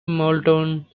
moulton